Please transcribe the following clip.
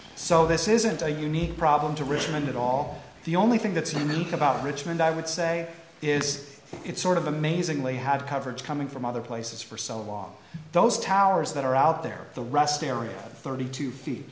so this isn't a unique problem to richmond at all the only thing that's neat about richmond i would say is it's sort of amazingly have coverage coming from other places for so long those towers that are out there the rest area thirty two fee